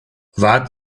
wart